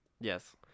Yes